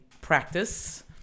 practice